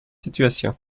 situation